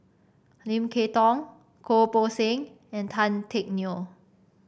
Lim Kay Tong Goh Poh Seng and Tan Teck Neo